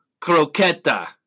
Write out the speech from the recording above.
Croqueta